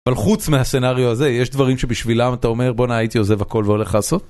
אבל חוץ מהסנאריו הזה יש דברים שבשבילם אתה אומר בואנה הייתי עוזב הכל והולך לעשות.